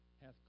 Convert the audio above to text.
hath